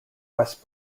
west